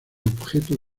objeto